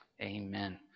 Amen